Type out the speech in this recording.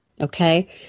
Okay